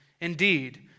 Indeed